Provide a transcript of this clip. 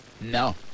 No